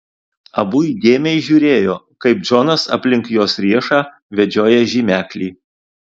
abu įdėmiai žiūrėjo kaip džonas aplink jos riešą vedžioja žymeklį